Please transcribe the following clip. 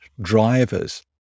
drivers